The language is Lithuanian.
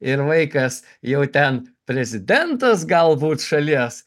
ir vaikas jau ten prezidentas galbūt šalies